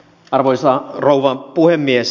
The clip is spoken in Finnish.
arvoisa rouva puhemies